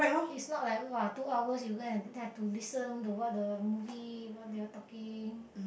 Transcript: it's not like !wah! two hours you go and have to listen to what the movie what they are talking